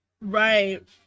right